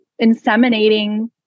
inseminating